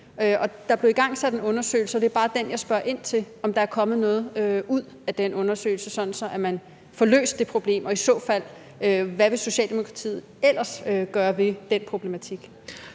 Der blev igangsat en undersøgelse, og det er bare der, jeg spørger ind til, om der er kommet noget ud af den undersøgelse, sådan at man får løst det problem, og til, hvad Socialdemokratiet ellers vil gøre ved den problematik.